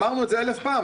אמרנו את זה אלף פעם.